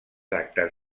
actes